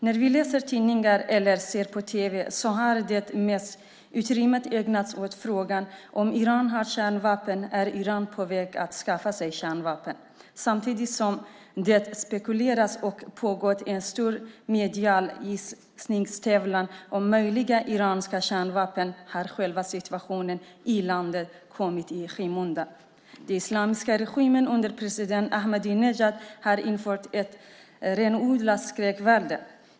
När vi läser tidningar eller ser på tv har det mesta utrymmet ägnats åt frågor som: Har Iran kärnvapen? Är Iran på väg att skaffa sig kärnvapen? Samtidigt som det har spekulerats och pågått en stor medial gissningstävlan om möjliga iranska kärnvapen har själva situationen i landet kommit i skymundan. Den islamiska regimen under president Ahmadinejad har infört ett renodlat skräckvälde.